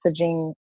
messaging